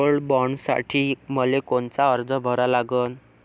Gold बॉण्डसाठी मले कोनचा अर्ज भरा लागन?